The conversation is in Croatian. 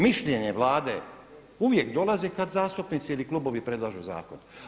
Mišljenje Vlade uvijek dolazi kad zastupnici ili klubovi predlažu zakon.